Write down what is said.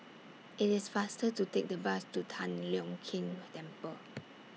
IT IS faster to Take The Bus to Tian Leong Keng Temple